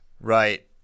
Right